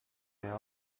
near